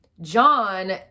John